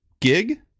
gig